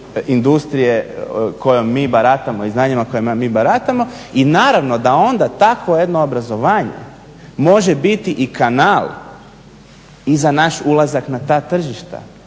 industrije kojom mi baratamo i znanjima kojima mi baratamo. I naravno da onda takvo jedno obrazovanje može biti i kanal i za naš ulazak na ta tržišta